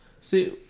see